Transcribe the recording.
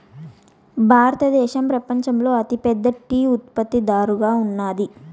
భారతదేశం పపంచంలోనే అతి పెద్ద టీ ఉత్పత్తి దారుగా ఉన్నాది